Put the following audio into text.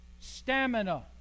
Stamina